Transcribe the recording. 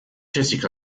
jessica